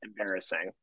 embarrassing